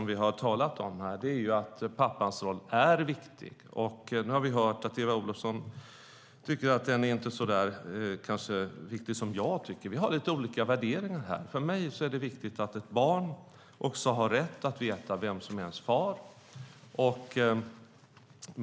Vi har talat om att pappans roll är viktig. Nu har vi hört att Eva Olofsson kanske inte tycker samma som jag. Vi har lite olika värderingar. För mig är det viktigt att ett barn har rätt att veta vem som är dess far.